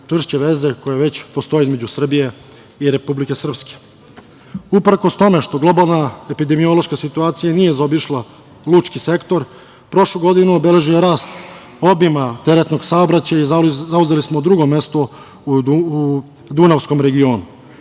čvršće veze koje već postoje između Srbije i Republike Srpske. Uprkos tome što globalna epidemiološka situacija nije zaobišla lučki sektor prošlu godinu obeležio je rast obima teretnog saobraćaja i zauzeli smo drugo mesto u dunavskom regionu.